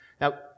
Now